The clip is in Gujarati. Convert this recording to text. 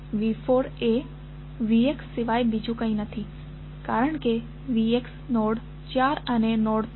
V4 એ Vxસિવાય બીજું કંઈ નથી કારણ કે Vx નોડ 4 અને નોડ 3